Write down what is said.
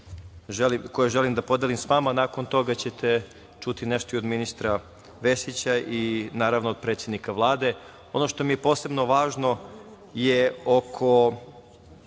koje želim da podelim sa vama. Nakon toga ćete čuti nešto i od ministra Vesića i naravno od predsednika Vlade. Ono što mi je posebno važno je oko